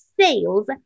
sales